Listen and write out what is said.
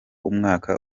umwaka